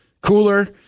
cooler